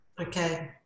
Okay